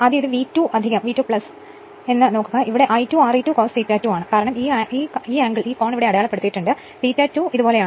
ആദ്യം ഇത് ഈ V2 ആക്കുക ഇത് I2 R e 2 cos ∅ 2 ആണ് കാരണം ഈ ആംഗിൾ ഇവിടെ അടയാളപ്പെടുത്തിയിരിക്കുന്നു ∅ 2 ഇത് ഇതുപോലെയാണ്